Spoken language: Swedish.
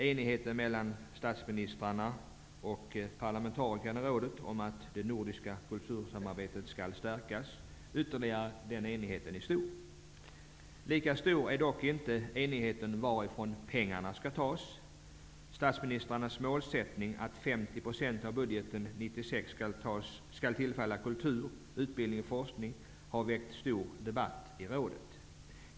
Enighet råder mellan statsministrarna och parlamentarikerna i rådet om att det nordiska kultursamarbetet skall stärkas, och den enigheten är stor. Lika stor är dock inte enigheten om varifrån pengarna skall tas. Statsministrarnas målsättning att 50 % av budgeten 1996 skall tillfalla kultur, utbildning och forskning har väckt stor debatt i rådet.